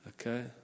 Okay